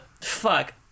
Fuck